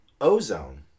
Ozone